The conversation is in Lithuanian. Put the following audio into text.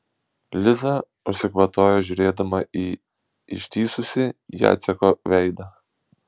liza užsikvatojo žiūrėdama į ištįsusį jaceko veidą